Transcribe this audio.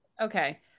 Okay